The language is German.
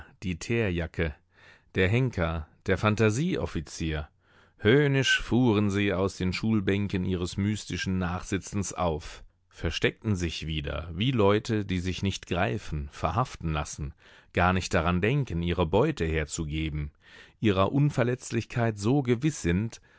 die teerjacke der henker der phantasieoffizier höhnisch fuhren sie aus den schulbänken ihres mystischen nachsitzens auf versteckten sich wieder wie leute die sich nicht greifen verhaften lassen gar nicht daran denken ihre beute herzugeben ihrer unverletzlichkeit so gewiß sind